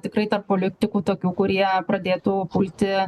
tikrai tarp politikų tokių kurie pradėtų pulti